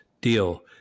deal